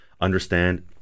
understand